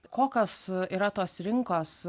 kokios yra tos rinkos